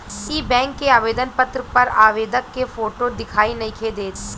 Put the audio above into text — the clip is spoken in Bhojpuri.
इ बैक के आवेदन पत्र पर आवेदक के फोटो दिखाई नइखे देत